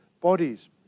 bodies